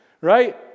right